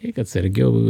eik atsargiau